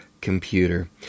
computer